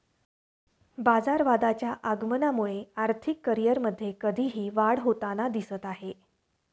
बाजारवादाच्या आगमनामुळे आर्थिक करिअरमध्ये कधीही वाढ होताना दिसत आहे